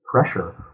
pressure